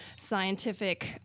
scientific